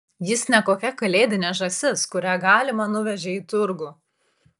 jis ne kokia kalėdinė žąsis kurią galima nuvežei į turgų